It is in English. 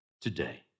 today